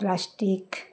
plastic